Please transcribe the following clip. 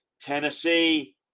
Tennessee